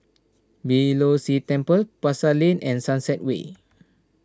Beeh Low See Temple Pasar Lane and Sunset Way